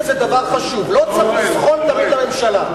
לא צריך לזחול תמיד לממשלה.